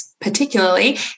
particularly